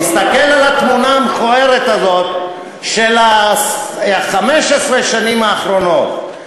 תסתכל על התמונה המכוערת הזאת של 15 השנים האחרונות.